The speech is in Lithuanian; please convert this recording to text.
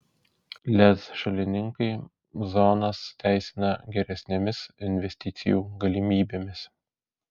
lez šalininkai zonas teisina geresnėmis investicijų galimybėmis